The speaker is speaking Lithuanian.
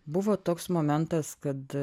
buvo toks momentas kad